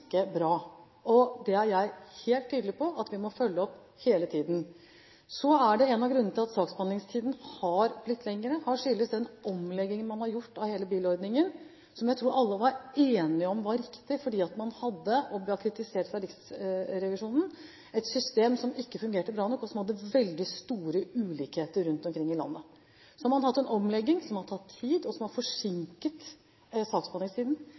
bra. Det er jeg helt tydelig på at vi må følge opp hele tiden. En av grunnene til at saksbehandlingstiden har blitt lengre, er den omleggingen man har gjort av hele bilordningen, som jeg tror alle var enige om var riktig, fordi man hadde – og det ble kritisert av Riksrevisjonen – et system som ikke fungerte bra nok, og som førte til veldig store ulikheter rundt omkring i landet. Så har man hatt en omlegging som har tatt tid, og som har